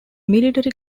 military